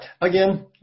again